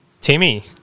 Timmy